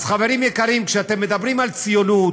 אז חברים יקרים, כשאתם מדברים על ציונות